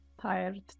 Tired